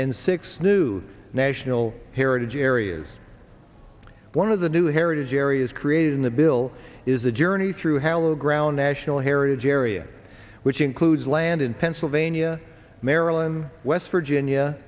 and six new national heritage areas one of the new heritage areas created in the bill is a journey through hallowed ground national heritage area which includes land in pennsylvania maryland west virginia